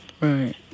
Right